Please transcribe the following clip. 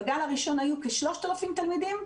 בגל הראשון היו כ-3,000 תלמידים.